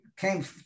came